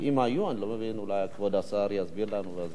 אולי כבוד השר יסביר לנו, ואז בהחלט נשמע.